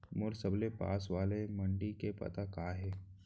मोर सबले पास वाले मण्डी के पता का हे?